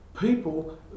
people